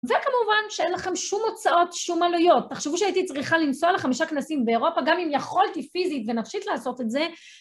וכמובן שאין לכם שום הוצאות, שום עלויות. תחשבו שהייתי צריכה לנסוע לחמישה כנסים באירופה, גם אם יכולתי פיזית ונפשית לעשות את זה.